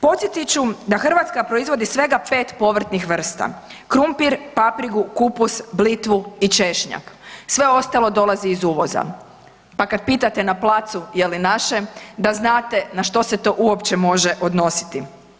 Podsjetit ću da Hrvatska proizvodi svega 5 povrtnih vrsta, krumpir, papriku, kupus, blitvu i češnjak, sve ostalo dolazi iz uvoza, pa kad pitate na placu je li naše da znate na što se to uopće može odnositi.